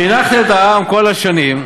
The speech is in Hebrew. חינכתם את העם כל השנים,